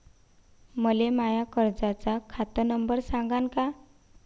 मले माया कर्जाचा खात नंबर सांगान का?